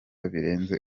birenze